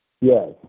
Yes